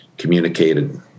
communicated